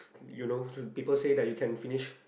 you know people say that you can finish